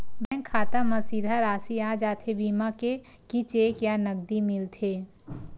Bank खाता मा सीधा राशि आ जाथे बीमा के कि चेक या नकदी मिलथे?